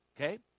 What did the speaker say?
Okay